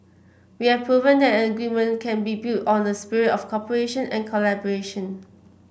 we have proven that an agreement can be built on a spirit of cooperation and collaboration